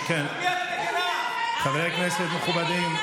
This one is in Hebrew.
חברי כנסת מכובדים,